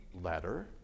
letter